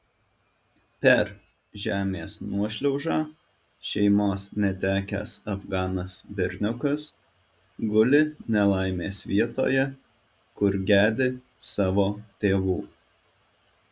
per žemės nuošliaužą šeimos netekęs afganas berniukas guli nelaimės vietoje kur gedi savo tėvų